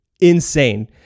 insane